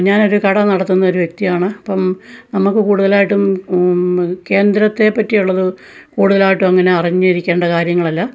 ഞാനൊരു കട നടത്തുന്നൊരു വ്യക്തിയാണ് അപ്പം നമുക്ക് കൂടുതലായിട്ടും കേന്ദ്രത്തെ പറ്റി ഉള്ളത് കൂടുതലായിട്ടും അങ്ങനെ അറിഞ്ഞിരിക്കേണ്ട കാര്യങ്ങളല്ല